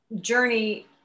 journey